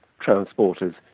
transporters